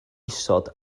isod